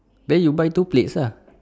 then you buy two plates ah